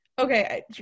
okay